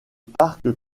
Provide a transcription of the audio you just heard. parc